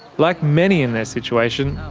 like many in their situation,